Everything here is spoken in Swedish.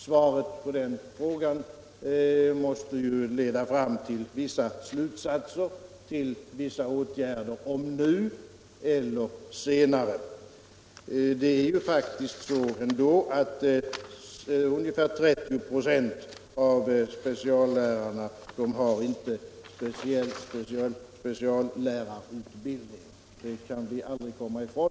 Svaret på den frågan måste ju leda fram till vissa slutsatser och vissa åtgärder, antingen nu eller senare. Det är faktiskt ändå så, att ungefär 30 96 av speciallärarna inte har speciallärarutbildning; det kan vi aldrig komma ifrån.